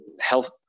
health